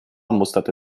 musterte